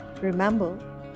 Remember